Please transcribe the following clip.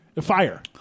Fire